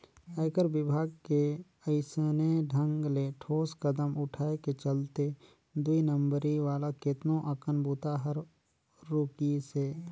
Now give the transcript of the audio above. आयकर विभाग के अइसने ढंग ले ठोस कदम उठाय के चलते दुई नंबरी वाला केतनो अकन बूता हर रूकिसे